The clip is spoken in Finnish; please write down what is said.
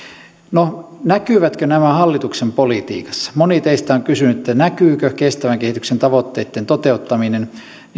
no näkyvätkö nämä hallituksen politiikassa moni teistä on kysynyt näkyykö kestävän kehityksen tavoitteitten toteuttaminen